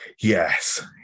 Yes